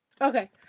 Okay